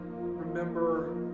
remember